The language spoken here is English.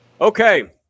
okay